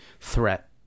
threat